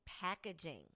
packaging